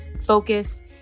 focus